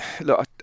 Look